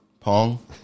Pong